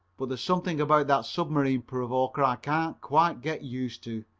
but there's something about that submarine provoker i can't quite get used to.